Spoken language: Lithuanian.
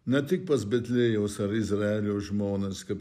ne tik pas betliejaus ar izraelio žmonas kaip